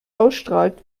ausstrahlt